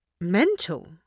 Mental